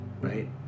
right